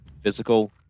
physical